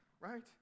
Right